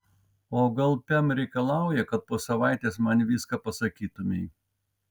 o gal pem reikalauja kad po savaitės man viską pasakytumei